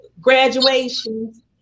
graduations